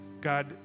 god